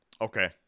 Okay